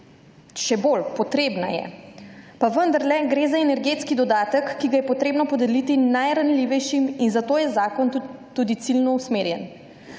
Še bolj, potrebna je. Pa vendarle gre za energetski dodatek, ki ga je potrebno podeliti najranljivejšim in zato je zakon tudi ciljno usmerjen.